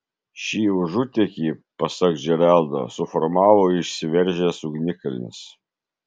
šį užutėkį pasak džeraldo suformavo išsiveržęs ugnikalnis